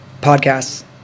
Podcasts